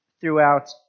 throughout